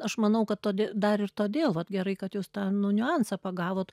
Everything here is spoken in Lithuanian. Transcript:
aš manau kad to dar ir todėl vat gerai kad jūs tą nu niuansą pagavot